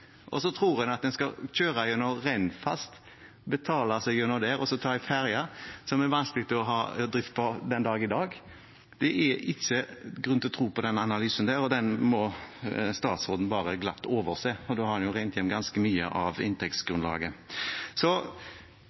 tror man at man skal kjøre gjennom Rennfast, betale seg gjennom der og så ta en ferje, som det er vanskelig å ha drift på den dag i dag. Det er ikke grunn til å tro på den analysen, og den må statsråden bare glatt overse. Og da har man jo regnet inn ganske mye av inntektsgrunnlaget. Så